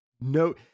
no